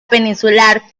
peninsular